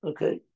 Okay